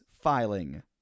filing